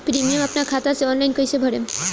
Premium अपना खाता से ऑनलाइन कईसे भरेम?